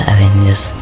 Avengers